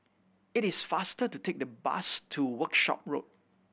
it is faster to take the bus to Workshop Road